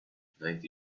ninety